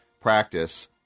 practice